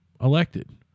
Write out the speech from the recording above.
elected